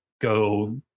go